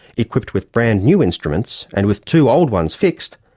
equipped with brand new instruments and with two old ones fixed,